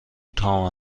تام